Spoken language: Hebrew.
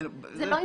זה לא אינסטינקטים,